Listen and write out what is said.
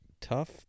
tough